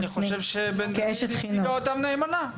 אני חושב שבן דוד ייצגה אותם נאמנה.